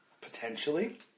Potentially